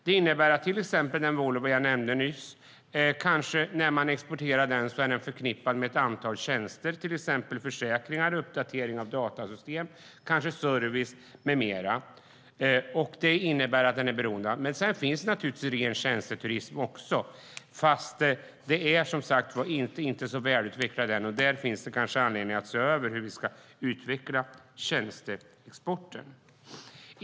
Det innebär att när man exporterar den Volvo jag nyss nämnde är den kanske förknippad med ett antal tjänster, till exempel försäkringar, uppdatering av datasystem, service med mera. Sedan finns givetvis också ren tjänsteexport, även om den inte är så välutvecklad ännu. Det kan således finnas anledning att se över hur vi ska utveckla tjänsteexporten.